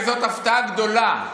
וזאת הפתעה גדולה,